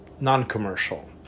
non-commercial